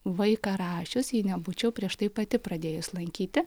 vaiką rašius jei nebūčiau prieš tai pati pradėjus lankyti